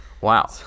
Wow